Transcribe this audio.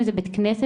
אם זה בית כנסת,